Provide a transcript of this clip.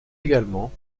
également